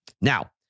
Now